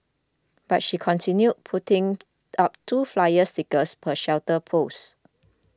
but she continued putting up two flyer stickers per shelter post